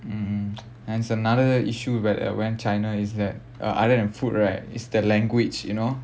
mm there's another issue when I went china is that uh other thaan food right is the language you know